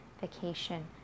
vacation